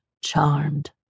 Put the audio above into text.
Charmed